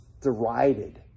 derided